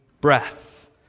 breath